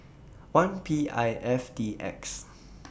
one P I F D X